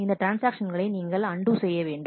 இந்த ட்ரான்ஸ்ஆக்ஷன்களை நீங்கள் அண்டு செய்ய வேண்டும்